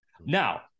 Now